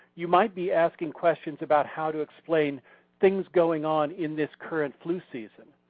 you might be asking questions about how to explain things going on in this current flue season.